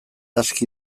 aski